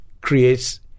creates